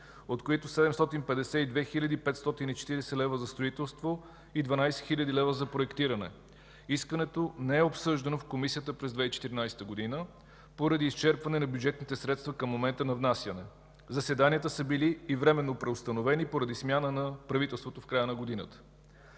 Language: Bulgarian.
от които 752 540 лв. – за строителство, и 12 хил. лв. – за проектиране. Искането не е обсъждано в Комисията през 2014 г., поради изчерпване на бюджетните средства към момента на внасяне. Заседанията са били и временно преустановени, поради смяна на правителството в края на годината.